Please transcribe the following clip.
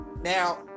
Now